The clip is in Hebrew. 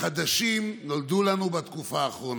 באותו רגע נפתחת לו תוכנית חיסכון.